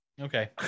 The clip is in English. Okay